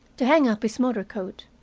to hang up his motor-coat.